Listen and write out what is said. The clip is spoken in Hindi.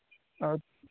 अत